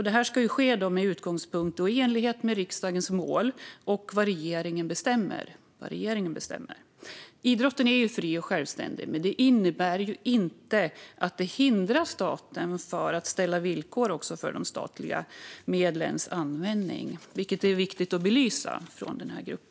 Detta ska ske med utgångspunkt i och i enlighet med riksdagens mål och vad regeringen bestämmer. Idrotten är fri och självständig, men det innebär inte att det hindrar staten att ställa villkor för de statliga medlens användning, vilket är viktigt att belysa.